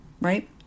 right